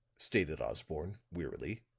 stated osborne, wearily.